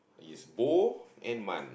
is bo and mun